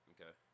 Okay